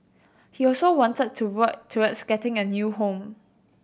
he also wanted to work towards getting a new home